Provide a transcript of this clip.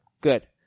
Good